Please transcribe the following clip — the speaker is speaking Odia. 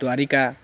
ଦ୍ୱାରିକା